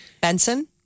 Benson